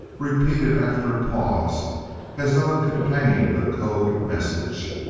repeated after a pause as though it contained a code message.